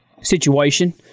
situation